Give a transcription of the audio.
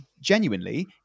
genuinely